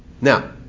Now